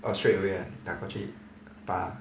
orh straight away ah 打过去